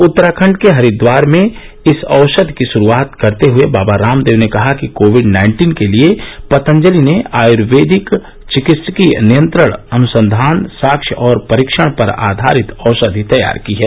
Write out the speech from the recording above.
उत्तराखंड के हरिद्वार में इस औषधि की शुरुआत करते हुए बाबा रामदेव ने कहा कि कोविड नाइन्टीन के लिए पतंजलि ने आयुर्वेदिक चिकित्सकीय नियंत्रण अनुसंघान सास्य और परीक्षण पर आधारित औषधि तैयार की है